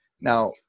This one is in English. Now